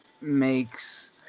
makes